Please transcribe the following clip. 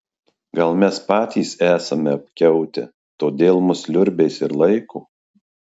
gal mes patys esame apkiautę todėl mus liurbiais ir laiko